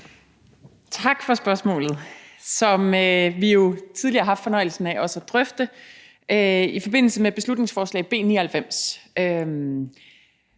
Tak for spørgsmålet, som vi jo tidligere har haft fornøjelsen af også at drøfte i forbindelse med beslutningsforslag B 99.